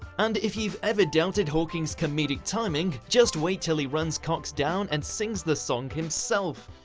and if you've ever doubted hawking's comedic timing, just wait till he runs cox down and sings the song himself.